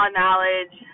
knowledge